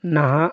ᱱᱟᱦᱟᱜ